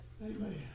Amen